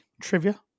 trivia